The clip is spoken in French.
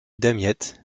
damiette